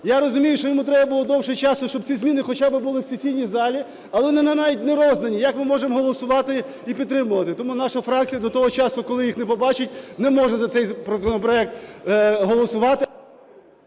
Я розумію, що йому треба було довше часу, щоб ці зміни хоча б були у сесійній залі, але вони навіть не роздані, як ми можемо голосувати і підтримувати. Тому наша фракція до того часу, коли їх не побачить, не може за цей законопроект голосувати...